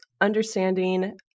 understanding